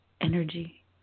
energy